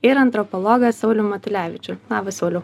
ir antropologą saulių matulevičių labas sauliau